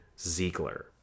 Ziegler